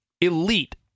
elite